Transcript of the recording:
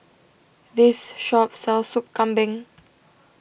this shop sells Soup Kambing